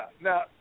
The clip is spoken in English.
Now